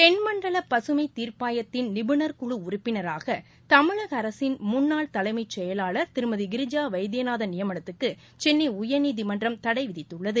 தென் மண்டல பசுமை தீர்ப்பாயத்தின் நிபுணர் குழு உறுப்பினராக தமிழக அரசின் முன்னாள் தலைமைச்செயலாளர் திருமதி கிரிஜா வைத்தியநாதன் நியமனத்துக்கு சென்னை உயர்நீதிமன்றம் தடை விதித்துள்ளது